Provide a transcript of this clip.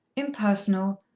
impersonal,